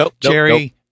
Jerry